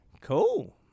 Cool